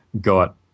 got